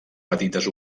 petites